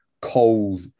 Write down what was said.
Cold